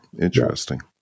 Interesting